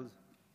מאה אחוז.